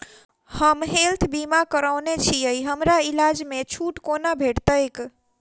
हम हेल्थ बीमा करौने छीयै हमरा इलाज मे छुट कोना भेटतैक?